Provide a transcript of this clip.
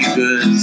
good